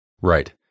Right